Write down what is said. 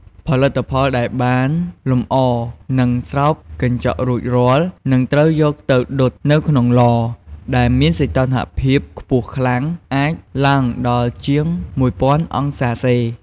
ផលិតផលដែលបានលម្អ និងស្រោបកញ្ចក់រួចរាល់ នឹងត្រូវយកទៅ ដុតនៅក្នុងឡ ដែលមានសីតុណ្ហភាពខ្ពស់ខ្លាំង អាចឡើងដល់ជាង ១០០០ អង្សាសេ។